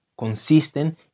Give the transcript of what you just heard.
consisten